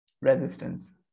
resistance